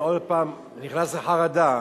אני עוד הפעם נכנס לחרדה,